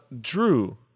Drew